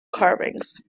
carvings